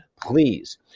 please